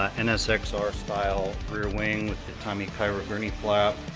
ah nsx ah r-style rear wing with the tommy kaira gurney flap,